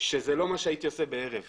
שזה לא מה שהייתי עושה בערב אחד.